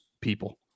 people